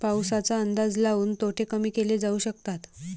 पाऊसाचा अंदाज लाऊन तोटे कमी केले जाऊ शकतात